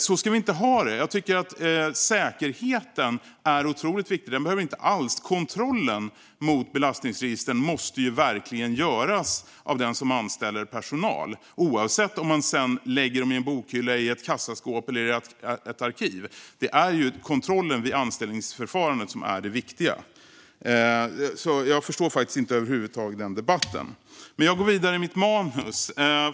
Så ska vi inte ha det. Jag tycker att säkerheten är otroligt viktig. Kontrollen mot belastningsregistren måste göras av den som anställer personal, oavsett om registerutdragen sedan läggs i en bokhylla, i ett kassaskåp eller ett arkiv, men det är ju kontrollen vid anställningsförfarandet som är det viktiga. Jag förstår över huvud taget inte den debatten.